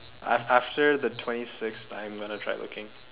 af~ after the twenty sixth I'm going to try looking